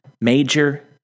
major